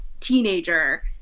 teenager